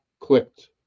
clicked